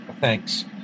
Thanks